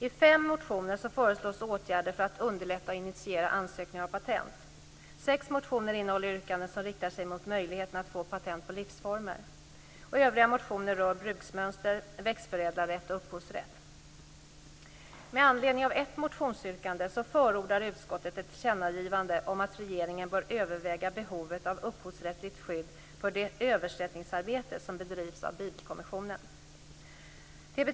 I fem motioner föreslås åtgärder för att underlätta och initiera ansökningar om patent. Sex motioner innehåller yrkanden som riktar sig mot möjligheten att få patent på livsformer. Övriga motioner rör bruksmönster, växtförädlarrätt och upphovsrätt. Med anledning av ett motionsyrkande förordar utskottet ett tillkännagivande om att regeringen bör överväga behovet av upphovsrättsligt skydd för det översättningsarbete som bedrivs av Bibelkommissionen.